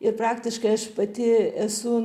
ir praktiškai aš pati esu